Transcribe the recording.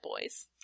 Boys